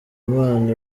imana